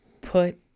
put